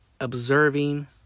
observing